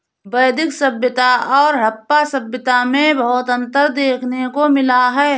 वैदिक सभ्यता और हड़प्पा सभ्यता में बहुत अन्तर देखने को मिला है